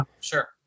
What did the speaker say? sure